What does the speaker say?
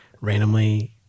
randomly